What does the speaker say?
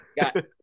Got